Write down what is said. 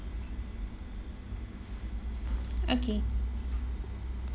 okay